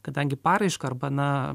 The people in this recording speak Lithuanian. kadangi paraišką arba na